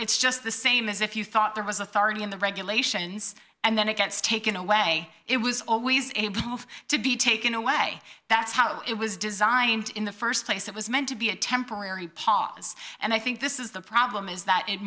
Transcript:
it's just the same as if you thought there was authority in the regulations and then it gets taken away it was always of to be taken away that's how it was designed in the st place it was meant to be a temporary pause and i think this is the problem is that it